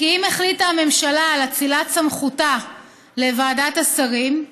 וכי אם החליטה הממשלה על אצילת סמכותה לוועדת השרים,